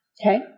Okay